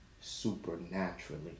supernaturally